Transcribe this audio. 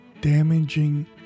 damaging